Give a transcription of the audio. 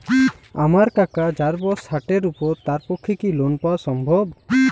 আমার কাকা যাঁর বয়স ষাটের উপর তাঁর পক্ষে কি লোন পাওয়া সম্ভব?